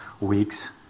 weeks